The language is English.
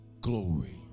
glory